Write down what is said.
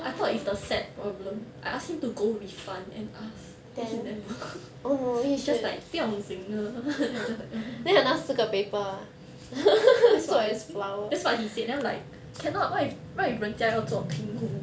I thought is the set problem I ask him to go refund and ask then he never he's just like 不用紧的 then he just like that's what he said that's what he said then I'm like cannot what if what if 人家要做平胡